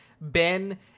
Ben